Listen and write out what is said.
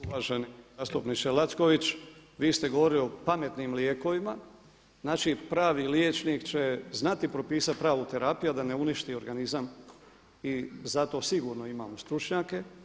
Uvaženi zastupniče Lacković vi ste govorili o pametnim lijekovima, znači pravi liječnik će znati propisati pravu terapiju a da ne uništi organizam i za to sigurno imamo stručnjake.